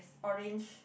orange